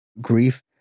grief